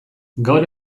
gaur